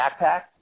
backpack